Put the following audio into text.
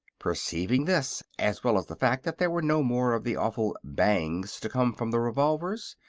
perceiving this, as well as the fact that there were no more of the awful bangs to come from the revolvers,